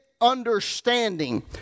understanding